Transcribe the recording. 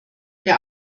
der